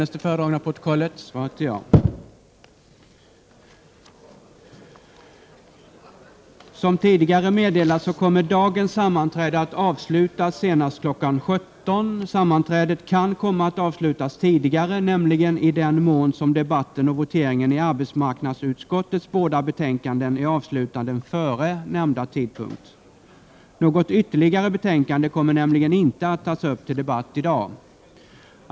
Som tidigare meddelats kommer dagens sammanträde att avslutas senast kl. 17.00. Sammanträdet kan komma att avslutas tidigare, nämligen i den mån som debatten och voteringen när det gäller arbetsmarknadsutskottets båda betänkanden är avslutade före nämnda tidpunkt. Något ytterligare betänkande kommer inte att tas upp till debatt i dag.